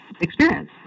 experience